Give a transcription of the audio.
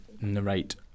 narrate